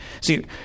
See